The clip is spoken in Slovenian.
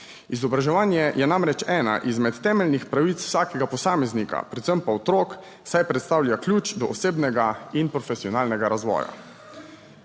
Izobraževanje je namreč ena izmed temeljnih pravic vsakega posameznika, predvsem pa otrok, saj predstavlja ključ do osebnega in profesionalnega razvoja.